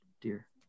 dear